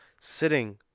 sitting